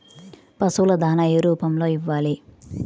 పశువుల దాణా ఏ రూపంలో ఇవ్వాలి?